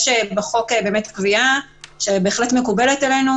יש בחוק קביעה שבהחלט מקובלת עלינו,